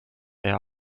there